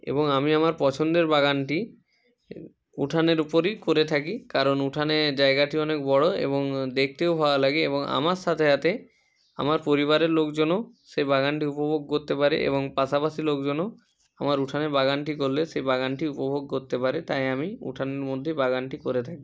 এবং আমি আমার পছন্দের বাগানটি উঠানের উপরই করে থাকি কারণ উঠানে জায়গাটি অনেক বড়ো এবং দেখতেও ভালো লাগে এবং আমার সাথে যাতে আমার পরিবারের লোকজনও সেই বাগানটি উপভোগ করতে পারে এবং পাশাপাশি লোকজনও আমার উঠানে বাগানটি করলে সেই বাগানটি উপভোগ করতে পারে তাই আমি উঠানের মধ্যেই বাগানটি করে থাকি